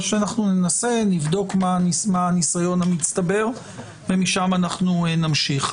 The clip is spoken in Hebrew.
נבדוק מה הניסיון המצטבר ומשם נמשיך.